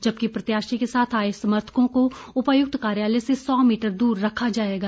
जबकि प्रत्याशी के साथ आए समर्थकों को उपायुक्त कार्यालय से सौ मीटर दूर रखा जाएगा